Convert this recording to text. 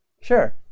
sure